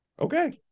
okay